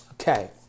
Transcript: Okay